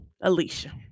Alicia